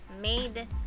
made